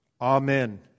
Amen